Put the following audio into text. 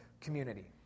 community